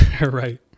right